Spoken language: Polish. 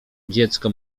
dziecko